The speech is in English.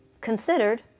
considered